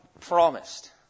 promised